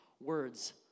Words